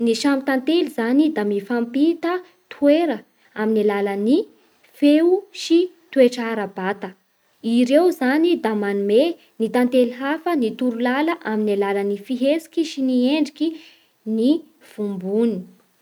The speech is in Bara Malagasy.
Ny samy tantely zany da mifampita toera amin'ny alalan'ny feo sy toetra ara-bata. I ireo zany da manome ny tantely hafa ny toro-lala amin'ny alalan'ny fihetsiky sy ny endriky ny vombony.